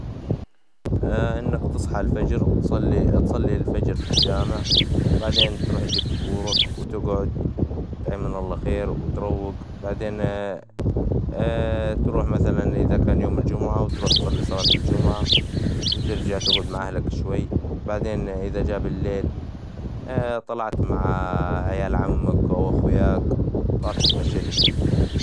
إنك تصحى الفجر وتصلي الفجر في الجامع، بعدين تروح تجيب فطورك، وتقعد إيم من الله خير وتروق، بعدين تروح مثلا إذا كان يوم الجمعة وتروح تصلي صلاة الجمعة، وترجع تقعد مع أهلك شوي، بعدين إذا جا بالليل طلعت مع عيال عمك أو أخوياك بعدين تمشيت شوي.